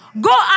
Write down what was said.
Go